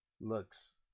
looks